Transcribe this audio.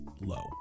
low